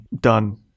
done